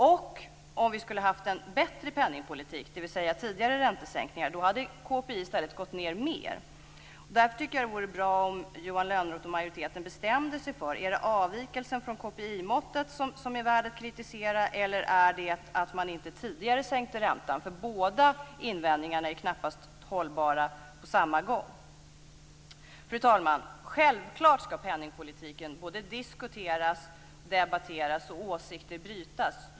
Och om vi hade haft en bättre penningpolitik, dvs. tidigare räntesänkningar, hade KPI i stället gått ned mer. Därför tycker jag att det vore bra om Johan Lönnroth och majoriteten bestämde sig. Är det avvikelsen från KPI-måttet som är värd att kritisera eller är det att man inte tidigare sänkte räntan? Båda invändningarna är knappast hållbara på samma gång. Fru talman! Självklart skall penningpolitiken diskuteras och debatteras och åsikter brytas.